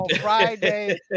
Friday